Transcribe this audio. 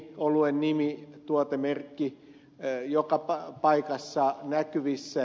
oluen nimi tuotemerkki joka paikassa näkyvissä